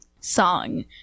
song